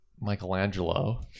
Michelangelo